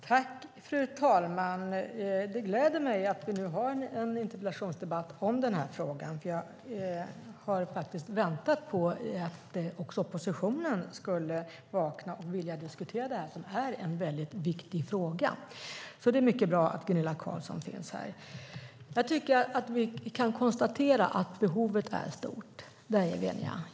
Fru talman! Det gläder mig att vi har en interpellationsdebatt om frågan. Jag har faktiskt väntat på att oppositionen skulle vakna och vilja diskutera denna viktiga fråga. Det är bra att Gunilla Carlsson i Hisings Backa finns här. Vi kan konstatera att behovet är stort. Där är vi eniga.